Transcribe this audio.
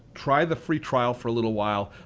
try the free trial for a little while.